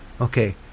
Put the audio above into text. Okay